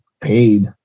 paid